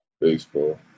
Baseball